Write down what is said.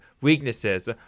weaknesses